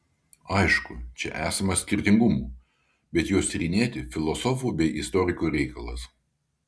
aišku čia esama skirtingumų bet juos tyrinėti filosofų bei istorikų reikalas